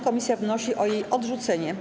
Komisja wnosi o jej odrzucenie.